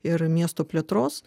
ir miesto plėtros